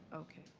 okay.